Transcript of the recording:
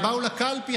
הם באו לקלפי,